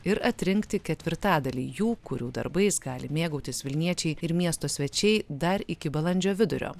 ir atrinkti ketvirtadalį jų kurių darbais gali mėgautis vilniečiai ir miesto svečiai dar iki balandžio vidurio